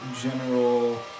general